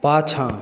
पाछाँ